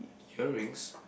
earrings